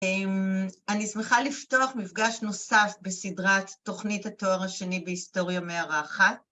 ‫אני שמחה לפתוח מפגש נוסף ‫בסדרת תוכנית התואר השני ‫בהיסטוריה מארחת..